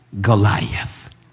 Goliath